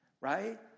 Right